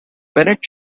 bennett